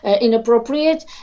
inappropriate